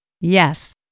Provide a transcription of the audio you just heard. Yes